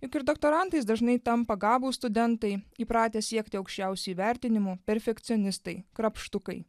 juk ir doktorantais dažnai tampa gabūs studentai įpratę siekti aukščiausių įvertinimų perfekcionistai krapštukai